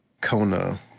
Kona